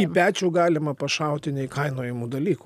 į pečių galima pašauti neįkainojamų dalykų